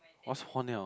what's hua-niao